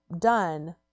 done